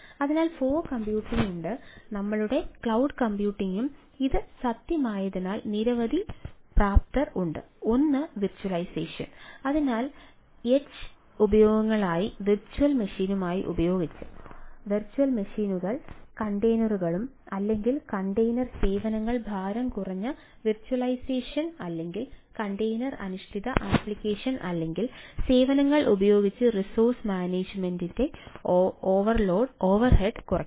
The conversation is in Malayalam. അതിനാൽ ഫോഗ് കമ്പ്യൂട്ടിംഗുണ്ട്ന്റെ ഓവർഹെഡ് കുറയ്ക്കുന്നു